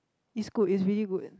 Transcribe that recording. is good is really good